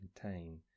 contain